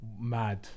Mad